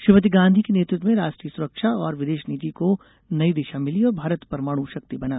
श्रीमती गांधी के नेतृत्व में राष्ट्रीय सुरक्षा और विदेश नीति को नई दिशा मिली और भारत परमाणु शक्ति बना